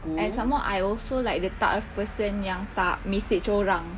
and some more I also like the type of person yang tak message orang